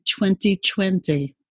2020